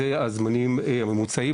אלו הזמנים הממוצעים.